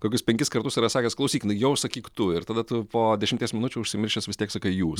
kokius penkis kartus yra sakęs klausyk na jau sakyk tu ir tada tu po dešimties minučių užsimiršęs vis tiek sakai jūs